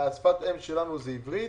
שפת האם שלנו היא עברית.